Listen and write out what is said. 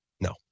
No